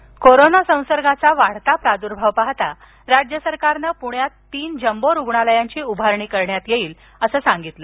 रूग्णालय कोरोना संसर्गाचा वाढता प्रादुर्भाव पाहता राज्य सरकारनं पुण्यात तीन जम्बो रुग्णालयांची उभारणी करण्यात येईल असं सांगितलं